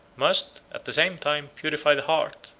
must, at the same time, purify the heart,